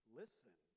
listen